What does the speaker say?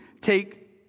take